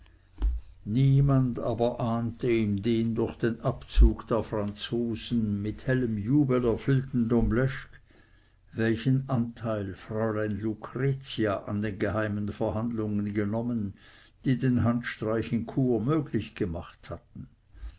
niemand aber ahnte in dem durch den abzug der franzosen mit hellem jubel erfüllten domleschg welchen anteil fräulein lucretia an den geheimen verhandlungen genommen die den handstreich in chur möglich gemacht hatten